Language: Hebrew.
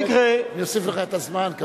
אני אוסיף לך את הזמן.